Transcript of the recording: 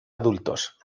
adultos